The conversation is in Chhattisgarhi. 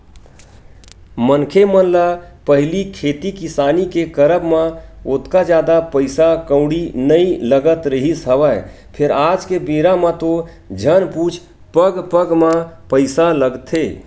मनखे मन ल पहिली खेती किसानी के करब म ओतका जादा पइसा कउड़ी नइ लगत रिहिस हवय फेर आज के बेरा म तो झन पुछ पग पग म पइसा लगथे